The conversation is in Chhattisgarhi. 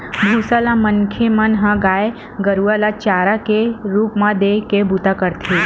भूसा ल मनखे मन ह गाय गरुवा ल चारा के रुप म देय के बूता करथे